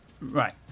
right